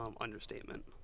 understatement